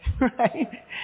right